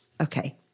Okay